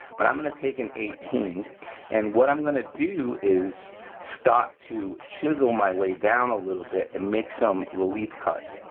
but i'm gonna take an eighteen and what i'm gonna do is start to chisel my way down a little bit and make some relief cuts.